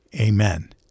Amen